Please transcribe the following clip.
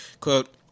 quote